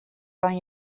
kan